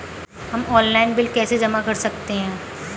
हम online bill कैसे जमा कर सकते हैं?